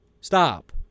Stop